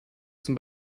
zum